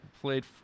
played